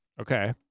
Okay